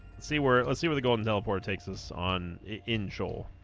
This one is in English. see where let's see what the golden teleporter takes us on in sheol